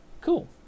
cool